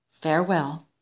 farewell